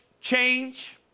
Change